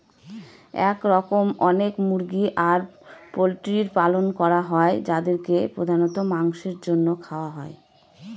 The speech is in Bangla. এরকম অনেক মুরগি আর পোল্ট্রির পালন করা হয় যাদেরকে প্রধানত মাংসের জন্য খাওয়া হয়